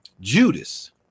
Judas